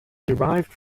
derived